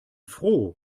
froh